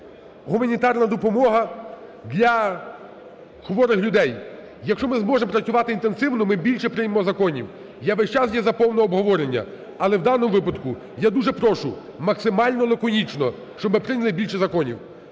гуманітарна допомога для хворих людей. Якщо ми зможемо працювати інтенсивно, ми більше приймемо законів. Я весь час є за повне обговорення, але в даному випадку я дуже прошу максимально лаконічно, щоб ми прийняли більше законів.